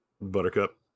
Buttercup